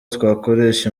twakoresha